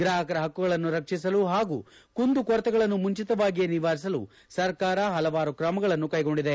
ಗ್ರಾಪಕರ ಪಕ್ಕುಗಳನ್ನು ರಕ್ಷಿಸಲು ಹಾಗೂ ಕುಂದು ಕೊರತೆಗಳನ್ನು ಮುಂಚಿತವಾಗಿಯೇ ನಿವಾರಿಸಲು ಸರ್ಕಾರ ಹಲವಾರು ಕ್ರಮಗಳನ್ನು ಕೈಗೊಂಡಿದೆ